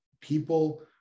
people